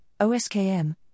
OSKM